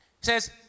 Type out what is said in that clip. says